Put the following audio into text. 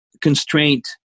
constraint